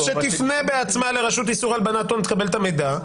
שתפנה בעצמה לרשות לאיסור הלבנת הון ותקבל את המידע.